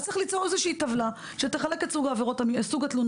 צריך ליצור איזושהי טבלה שתחלק את סוג העבירות והתלונות,